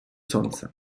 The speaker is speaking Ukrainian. сонце